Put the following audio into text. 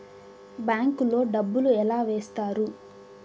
bank లో డబ్బులు ఎలా వేస్తారు